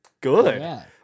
good